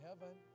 heaven